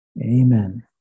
amen